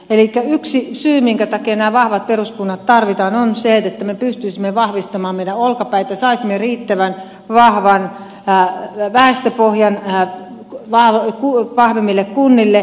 elikkä yksi syy minkä takia nämä vahvat peruskunnat tarvitaan on se että me pystyisimme vahvistamaan meidän olkapäitämme saisimme riittävän vahvan väestöpohjan vahvemmille kunnille